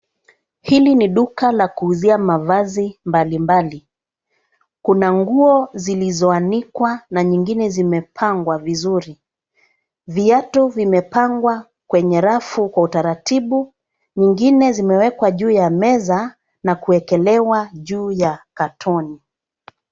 Hili ni duka la kuuzia mavazi mbalimbali. Kuna nguo zilizoanikwa na nyingine zimepangwa vizuri. Viatu vimepangwa kwenye rafu kwa utaratibu, nyingine zimewekwa juu ya meza na kuwekelewa juu ya katoni.